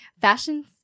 Fashion